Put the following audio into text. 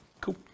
cool